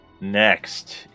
next